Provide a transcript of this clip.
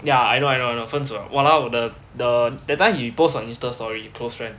yeah I know I know I know 分手 [liao] !walao! the the that time he post on insta story close friend